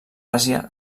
àsia